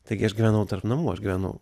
taigi aš gyvenau tarp namų aš gyvenau